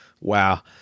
wow